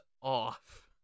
off